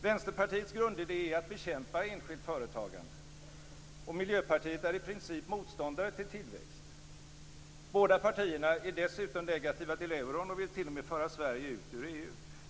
Vänsterpartiets grundidé är att bekämpa enskilt företagande, och Miljöpartiet är i princip motståndare till tillväxt. Båda partierna är dessutom negativa till euron och vill t.o.m. föra Sverige ut ur EU.